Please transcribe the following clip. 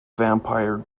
vampire